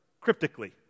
cryptically